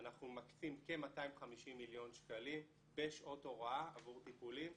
אנחנו מקצים כ-250 מיליון שקלים בשעות הוראה עבור טיפולים,